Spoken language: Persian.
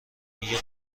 میگه